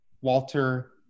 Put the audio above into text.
Walter